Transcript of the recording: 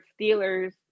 Steelers